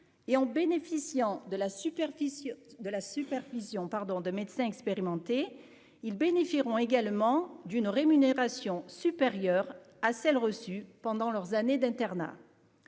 la superficie de la supervision pardon de médecins expérimentés, ils bénéficieront également d'une rémunération supérieure à celle reçue pendant leurs années d'internat